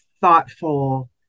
thoughtful